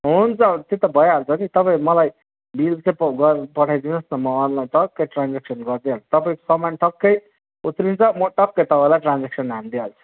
हुन्छ हुन्छ त्यो त भइहाल्छ नि तपाईँ मलाई बिल चाहिँ प गरेर पठाइदिनु होस् न म अनलाइन ठक्कै ट्रान्जेक्सन गरिदिइहाल्छु तपाईँको सामान ठक्कै उत्रिन्छ म टक्कै तपाईँलाई ट्रान्जेक्सन हानिदिइहाल्छु